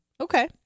Okay